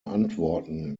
antworten